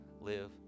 live